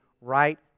right